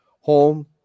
home